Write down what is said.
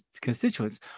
constituents